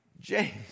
james